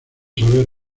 saber